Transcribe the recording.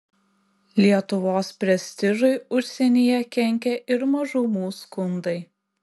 lietuvos prestižui užsienyje kenkė ir mažumų skundai